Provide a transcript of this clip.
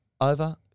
Over